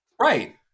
Right